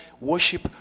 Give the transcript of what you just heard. worship